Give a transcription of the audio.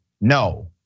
No